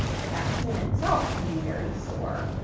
the vaccine itself can be very sore,